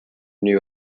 new